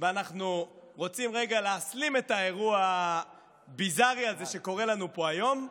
ואנחנו רוצים רגע להסלים את האירוע הביזארי הזה שקורה לנו פה היום,